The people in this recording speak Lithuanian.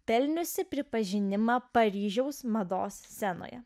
pelniusi pripažinimą paryžiaus mados scenoje